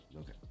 Okay